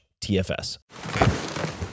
TFS